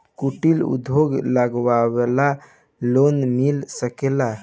कुटिर उद्योग लगवेला लोन मिल सकेला?